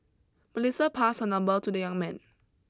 Melissa passed her number to the young man